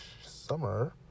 summer